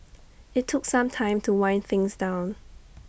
IT took some time to wind things down